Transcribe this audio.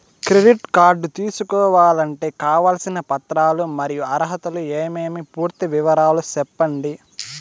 Credit card తీసుకోవాలంటే కావాల్సిన పత్రాలు మరియు అర్హతలు ఏమేమి పూర్తి వివరాలు సెప్పండి?